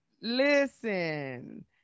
listen